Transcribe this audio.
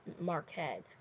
marquette